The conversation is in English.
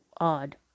Odd